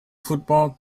football